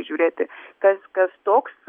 žiūrėti kas kas toks